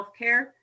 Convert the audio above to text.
healthcare